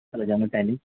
कल आ जाऊँगा टाइम में